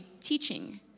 teaching